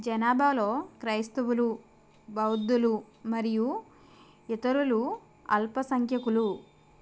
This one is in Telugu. జనాభాలో క్రైస్తవులు బౌద్ధులు మరియు ఇతరులు అల్పసంఖ్యకులు